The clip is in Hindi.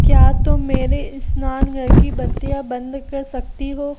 क्या तुम मेरे स्नानघर की बत्तियाँ बंद कर सकती हो